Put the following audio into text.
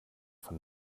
von